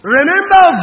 Remember